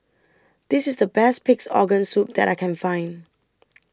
This IS The Best Pig'S Organ Soup that I Can Find